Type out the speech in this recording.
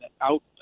out